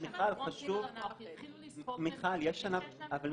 שם יתחילו לספוג נזקים בלי שיש להם איזושהי בקרה.